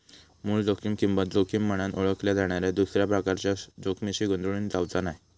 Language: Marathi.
मूळ जोखीम किंमत जोखीम म्हनान ओळखल्या जाणाऱ्या दुसऱ्या प्रकारच्या जोखमीशी गोंधळून जावचा नाय